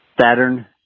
Saturn